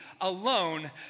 alone